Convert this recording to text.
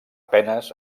penes